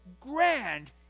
grand